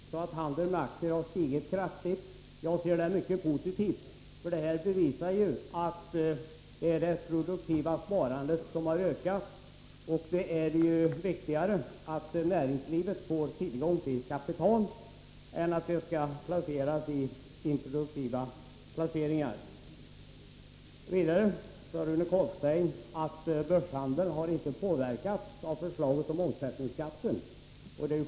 Herr talman! Rune Carlstein sade att handeln med aktier har stigit kraftigt. Jag ser det som mycket positivt, för det bevisar att det är det produktiva sparandet som har ökat. Det är ju viktigare att näringslivet får tillgång till kapital än att det skall placeras i improduktiv verksamhet. Vidare sade Rune Carlstein att börshandeln inte har påverkats av förslaget om omsättningsskatt.